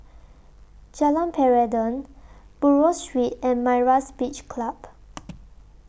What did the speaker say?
Jalan Peradun Buroh Street and Myra's Beach Club